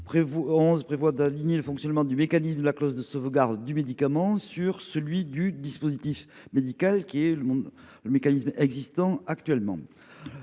11 prévoit d’aligner le fonctionnement du mécanisme de la clause de sauvegarde du médicament sur celui des dispositifs médicaux existant actuellement.